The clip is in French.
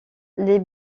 les